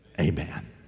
amen